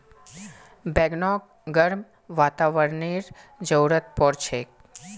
बैगनक गर्म वातावरनेर जरुरत पोर छेक